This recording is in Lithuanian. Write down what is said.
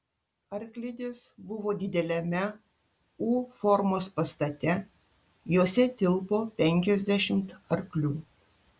arklidės buvo dideliame u formos pastate jose tilpo penkiasdešimt arklių